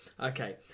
Okay